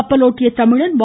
கப்பலோட்டிய தமிழன் வ